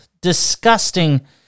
disgusting